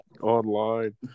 online